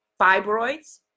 Fibroids